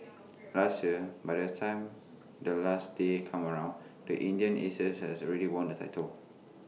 last year by the time the last day come around the Indian Aces has already won the title